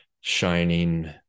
shining